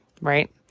right